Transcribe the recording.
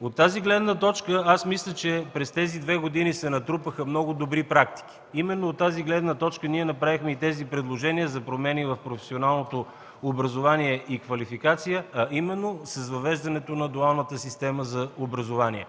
От тази гледна точка мисля, че през тези две години се натрупаха много добри практики. Именно от тази гледна точка направихме тези предложения за промени в професионалното образование и квалификация, а именно с въвеждането на дуалната система за образование